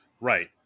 Right